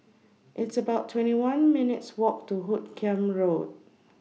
It's about twenty one minutes' Walk to Hoot Kiam Road